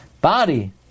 body